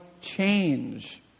change